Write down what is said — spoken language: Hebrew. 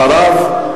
אחריו,